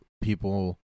people